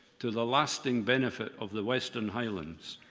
to the lasting benefit of the western highlands.